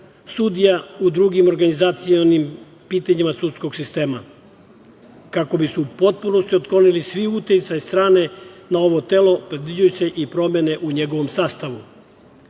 sudija u drugim organizacionim pitanjima sudskog sistema kako bi se u potpunosti otklonili svi uticaji strane na ovo telo predviđaju se i promene u njegovom sastavu.